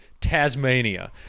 tasmania